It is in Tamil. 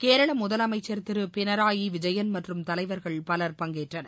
கேரள முதலமைச்சர் திரு பினராயி விஜயன் மற்றும் தலைவர்கள் பலர் பங்கேற்றனர்